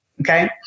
okay